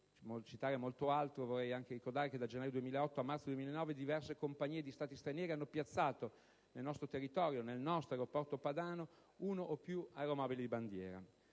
citare molto altro, vorrei anche ricordare che da gennaio 2008 a marzo 2009 diverse compagnie aeree di Stati stranieri hanno piazzato sul nostro territorio, nel nostro aeroporto padano uno o più aeromobili di bandiera.